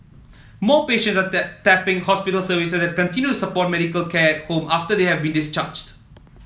more patients are tapping hospital services that continue support medical care home after they have been discharged